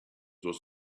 was